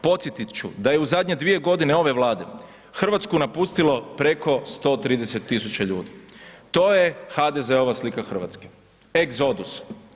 Podsjetiti ću da je u zadnje dvije godine ove Vlade Hrvatsku napustilo preko 130 tisuća ljudi, to je HDZ-ova slika Hrvatske, egzodus.